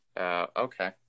Okay